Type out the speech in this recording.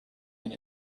and